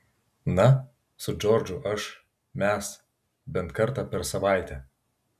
na su džordžu aš mes bent kartą per savaitę